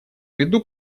виду